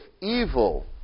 evil